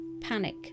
panic